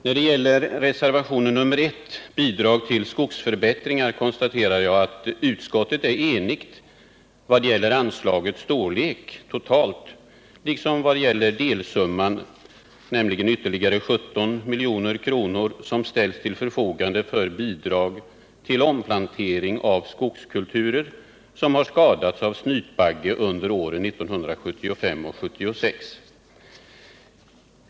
När det gäller reservationen 1, Bidrag till skogsförbättringar, konstaterar jag att utskottet är enigt vad gäller anslagets storlek totalt liksom vad gäller delsumman, nämligen ytterligare 17 milj.kr., som ställs till förfogande för bidrag till omplantering av skogskulturer som har skadats av snytbagge under åren 1975 och 1976.